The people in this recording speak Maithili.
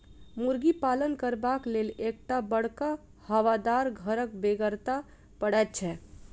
मुर्गी पालन करबाक लेल एक टा बड़का हवादार घरक बेगरता पड़ैत छै